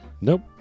nope